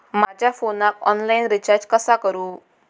माझ्या फोनाक online recharge कसा करू?